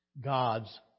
God's